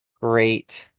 great